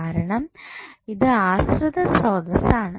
കാരണം ഇത് ആശ്രിത സ്രോതസ്സാണ്